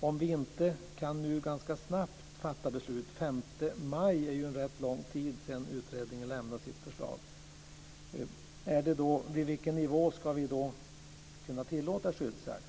Om vi inte ganska snabbt kan fatta beslut - den 5 maj har det gått ganska lång tid sedan utredningen lämnade sitt förslag - vid vilken nivå ska vi då kunna tillåta skyddsjakt?